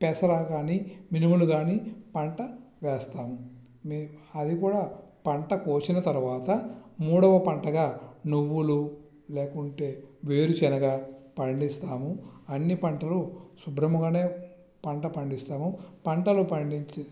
పెసర కాని మినుములు కాని పంట వేస్తాము మేము అదికూడా పంట కోసిన తరువాత మూడవ పంటగా నువ్వులు లేకుంటే వేరుశనగ పండిస్తాము అన్ని పంటలు శుభ్రముగానే పంట పండిస్తాము పంటలు పండించి